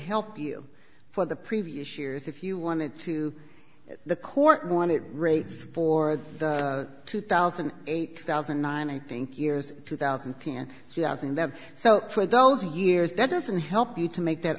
help you for the previous years if you wanted to the court wanted rates for the two thousand eight thousand and nine i think years two thousand and ten thousand so for those years that doesn't help you to make that